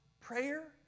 prayer